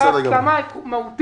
הייתה הסכמה מהותית.